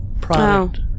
product